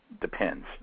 Depends